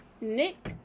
nick